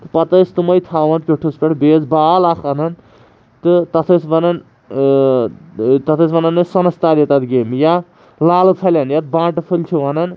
تہٕ پَتہٕ ٲسۍ تِمٕے تھاوان پیوٚٹھُس پٮ۪ٹھ بیٚیہِ ٲس بال اَکھ اَنَان تہٕ تَتھ ٲس وَنَان تَتھ ٲسۍ وَنَان ٲسۍ سَنس تالے تتھ گیمہِ یا لالہٕ پھَلٮ۪ن یَتھ بانٛٹہٕ پھٔلۍ چھِ وَنَان